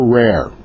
rare